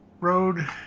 road